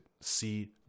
see